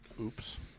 Oops